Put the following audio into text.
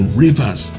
rivers